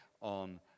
on